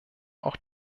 auch